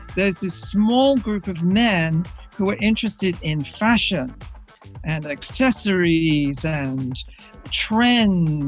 there's this small group of men who are interested in fashion and accessories and trends.